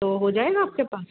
تو ہو جائے گا آپ کے پاس